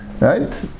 Right